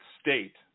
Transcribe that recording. state